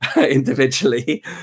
individually